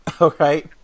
Okay